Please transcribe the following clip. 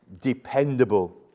dependable